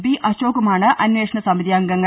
B അശോകുമാണ് അന്വേഷണ സമിതി അംഗങ്ങൾ